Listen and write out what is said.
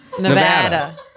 Nevada